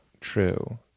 true